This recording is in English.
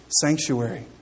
sanctuary